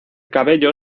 cabello